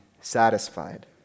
satisfied